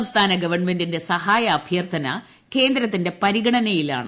സംസ്ഥാന ഗവൺമെന്റിന്റെ സഹായാഭ്യർത്ഥന കേന്ദ്രത്തിന്റെ പരിഗണനയിലാണ്